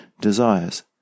desires